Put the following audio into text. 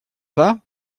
pas